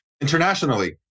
internationally